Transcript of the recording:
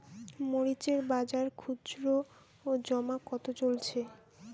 মরিচ এর বাজার খুচরো ও জমা কত চলছে?